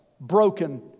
broken